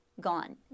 gone